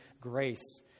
grace